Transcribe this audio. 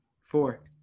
four